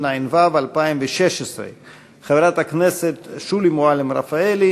התשע"ו 2016. חברת הכנסת שולי מועלם-רפאלי